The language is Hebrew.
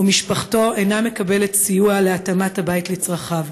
ומשפחתו אינה מקבלת סיוע להתאמת הבית לצרכיו.